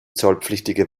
zollpflichtige